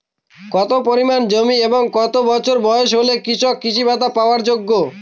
কত পরিমাণ জমি এবং কত বছর বয়স হলে কৃষক কৃষি ভাতা পাওয়ার যোগ্য?